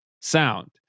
sound